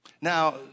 Now